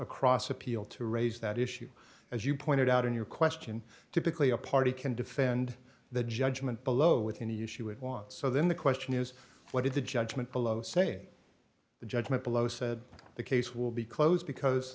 across appeal to raise that issue as you pointed out in your question typically a party can defend the judgment below within a year she would want so then the question is what is the judgment below saying the judgment below said the case will be closed because